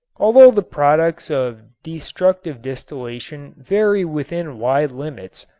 although the products of destructive distillation vary within wide limits,